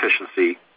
efficiency